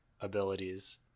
abilities